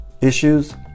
issues